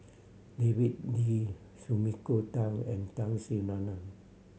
David Lee Sumiko Tan and Tun Sri Lanang